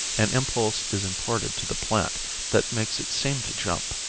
an impulse is imparted to the plant that makes it seem to jump.